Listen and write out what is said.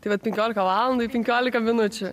tai vat penkiolika valandų penkiolika minučių